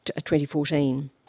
2014